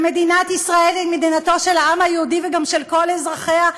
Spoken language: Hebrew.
שמדינת ישראל היא מדינתו של העם היהודי וגם של כל אזרחיה,